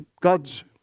God's